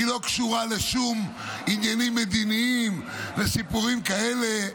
היא לא קשורה לשום עניינים מדיניים וסיפורים כאלה.